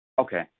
Okay